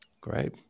Great